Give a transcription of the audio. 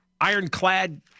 ironclad